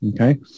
Okay